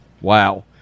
Wow